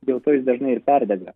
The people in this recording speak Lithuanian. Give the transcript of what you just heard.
dėl to jis dažnai ir perdega